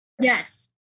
Yes